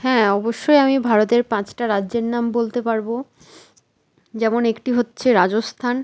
হ্যাঁ অবশ্যই আমি ভারতের পাঁচটা রাজ্যের নাম বলতে পারবো যেমন একটি হচ্ছে রাজস্থান